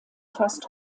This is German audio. fast